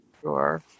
sure